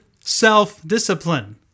self-discipline